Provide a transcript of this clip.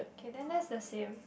K then that's the same